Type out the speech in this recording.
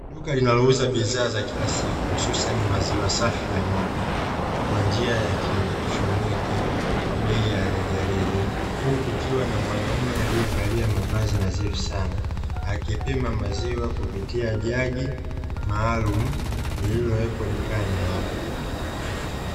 Duka linalouza bidhaa za kila siku, hususani maziwa safi ya ng'ombe kwa njia ya kielektroniki kwa bei ya rejareja, huku kukiwa na mwanaume aliyevalia mavazi nadhifu sana, akipima maziwa kupitia jagi maalumu lililowekwa dukani hapo.